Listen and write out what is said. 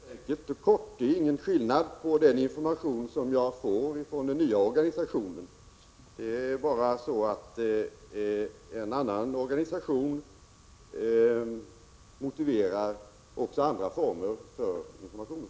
Herr talman! Jag kan svara mycket enkelt och kort. Det föreligger ingen skillnad när det gäller den information som jag får från den nya organisationen. Det är bara så, att en annan organisation också motiverar andra former för informationen.